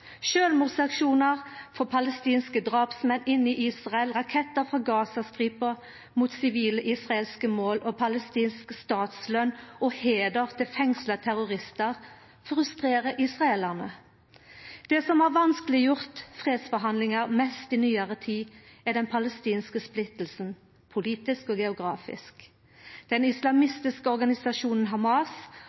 Sjølvmordsaksjonar frå palestinske drapsmenn inne i Israel, rakettar frå Gazastripa mot sivile israelske mål og palestinsk statsløn og heider til fengsla terroristar frustrerer israelarane. Det som har vanskeleggjort fredsforhandlingar mest i nyare tid, er den palestinske splittinga – politisk og geografisk.